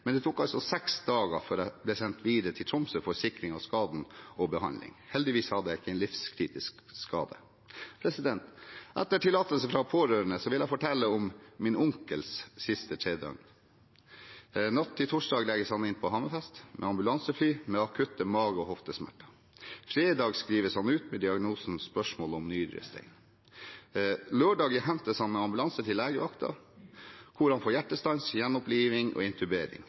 men det tok altså seks dager før jeg ble sendt videre til Tromsø for sikring av skaden og behandling. Heldigvis hadde jeg ikke en livskritisk skade. Etter tillatelse fra pårørende vil jeg fortelle om min onkels siste tre døgn. Natt til torsdag legges han inn på Hammerfest, sendt med ambulansefly, med akutte mage- og hoftesmerter. Fredag skrives han ut med diagnosen «spørsmål om nyrestein». Lørdag hentes han med ambulanse til legevakten, hvor han får hjertestans. Det blir gjenoppliving og